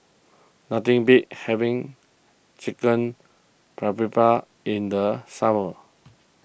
nothing beats having Chicken in the summer